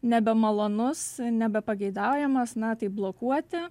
nebemalonus nebepageidaujamas na tai blokuoti